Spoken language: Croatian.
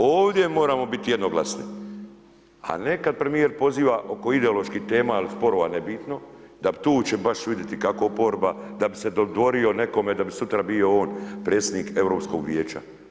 Ovdje moramo biti jednoglasni, a neka premjer poziva oko ideoloških tema ili sporova, nebitno, da tu će baš vidjeti, kako oporba, da bi se dodvorio nekome da bi sutra bio on predsjednik Europskog vijeća.